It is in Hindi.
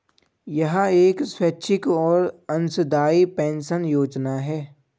यह एक स्वैच्छिक और अंशदायी पेंशन योजना है